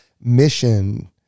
mission